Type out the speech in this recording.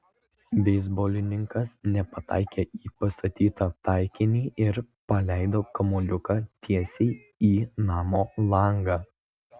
beisbolininkas nepataikė į pastatytą taikinį ir paleido kamuoliuką tiesiai į namo langą